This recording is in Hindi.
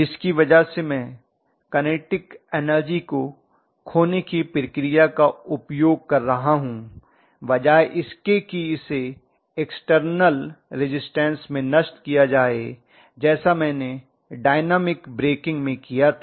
जिसकी वजह से मैं कनेटिक एनर्जी को खोने की प्रक्रिया का उपयोग कर रहा हूं बजाय इसके की उसे इक्स्टर्नल रिज़िस्टन्स में नष्ट किया जाए जैसा मैंने डायनामिक ब्रेकिंग में किया था